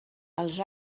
els